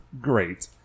great